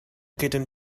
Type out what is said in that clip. kitten